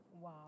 Wow